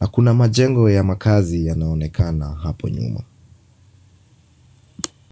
na kuna majengo ya makaazi yanaonekana hapo nyuma.